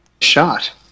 shot